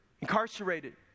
incarcerated